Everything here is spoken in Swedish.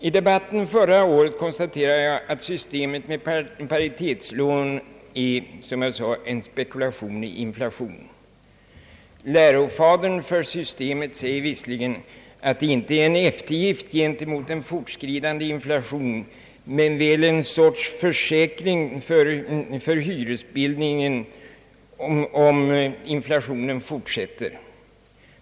I debatten förra året konstaterade jag, att systemet med paritetslån är »en spekulation i inflation». Lärofadern för systemet säger visserligen, att det inte är en eftergift gentemot en fortskridande inflation men väl en sorts försäkring för hyresbildningen om inflationen fortsätter.